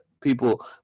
people